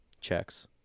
Checks